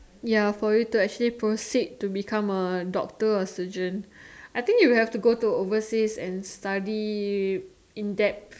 ya for you to actually proceed to become a doctor or surgeon I think you have to actually go overseas and study in depth